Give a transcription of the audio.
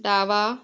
डावा